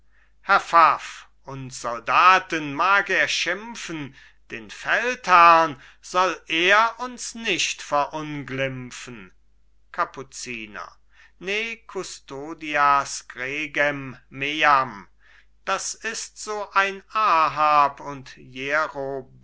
herr pfaff uns soldaten mag er schimpfen den feldherrn soll er uns nicht verunglimpfen kapuziner ne custodias gregem meam das ist so ein ahab und jerobeam